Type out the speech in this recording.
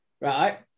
right